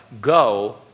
go